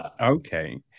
okay